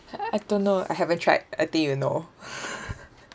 I don't know I haven't tried I think you know